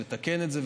לתקן את זה,